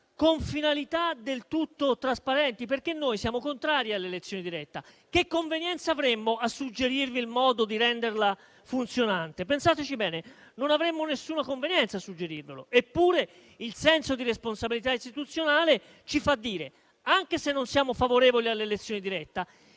con finalità del tutto trasparenti. Siamo contrari all'elezione diretta: che convenienza avremmo dal suggerirvi il modo per renderla funzionante? Pensateci bene: non avremmo alcuna convenienza dal suggerirvelo, eppure il senso di responsabilità istituzionale ci porta ad avvertirvi, anche se non siamo favorevoli all'elezione diretta,